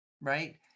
Right